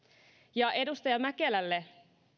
aikaan edustaja mäkelälle